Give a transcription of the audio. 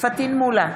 פטין מולא,